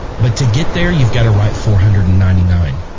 but to get there you've got to write four hundred and ninety nine